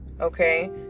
okay